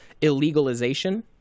illegalization